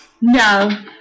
No